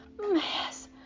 Yes